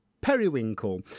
periwinkle